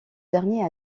dernier